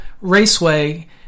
raceway